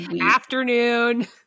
afternoon